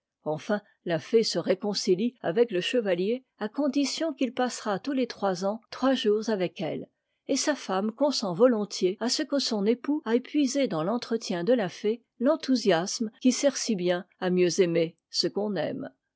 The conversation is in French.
enfin la fée se réconcilie avec le chevalier à condition qu'il passera tous les trois ans trois jours avec elle et sa femme consent volontiers à ce que son époux aille puiser dans l'entretien de la fée l'enthousiasme qui sert si bien à mieux aimer ce qu'on aime